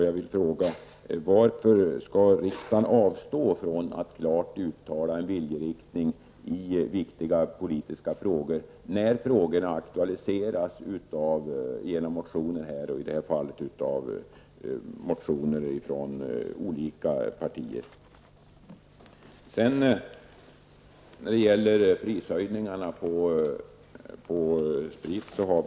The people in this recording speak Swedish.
Jag vill fråga: Varför skall riksdagen avstå från att klart uttala en viljeriktning i viktiga politiska frågor, när frågorna aktualiseras genom motioner? I det här fallet skedde det genom motioner från olika partier.